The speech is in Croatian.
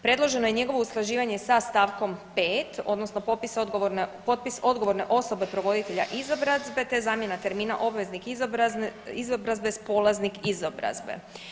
Predloženo je njegovo usklađivanje sa st. 5. odnosno potpis odgovorne osobe provoditelja izobrazbe te zamjena termina obveznik izobrazbe s polaznik izobrazbe.